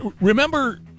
Remember